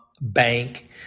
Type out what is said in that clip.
Bank